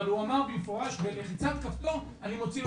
אבל הוא אמר במפורש 'בלחיצת כפתור אני מוציא לך רשימה'.